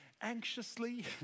anxiously